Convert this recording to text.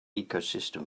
ecosystem